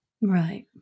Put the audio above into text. Right